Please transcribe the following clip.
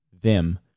them-